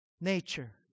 nature